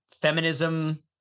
feminism